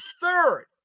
third